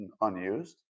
unused